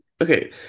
Okay